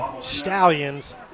stallions